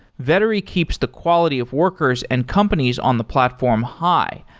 vettery keeps the quality of workers and companies on the platform high,